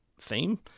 theme